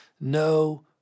no